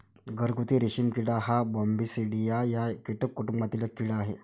घरगुती रेशीम किडा हा बॉम्बीसिडाई या कीटक कुटुंबातील एक कीड़ा आहे